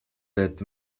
that